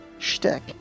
shtick